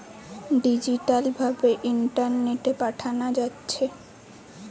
digital ভাবে ইন্টারনেটে পাঠানা যাচ্ছে